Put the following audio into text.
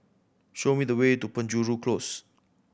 show me the way to Penjuru Close